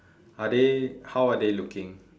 are they how are they looking